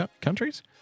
countries